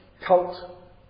cult